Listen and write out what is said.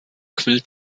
quillt